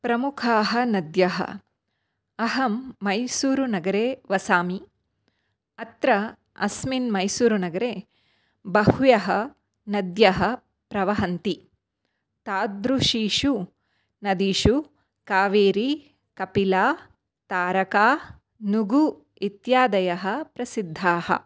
प्रमुखाः नद्यः अहं मैसूरुनगरे वसामि अत्र अस्मिन् मैसूरुनगरे बह्वः नद्यः प्रवहन्ति तादृशीषु नदीषु कावेरी कपिला तारका नुगु इत्यादयः प्रसिद्धाः